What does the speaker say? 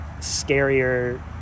scarier